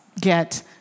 get